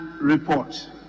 report